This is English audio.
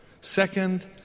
Second